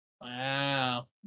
Wow